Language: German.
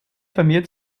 firmiert